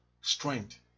strength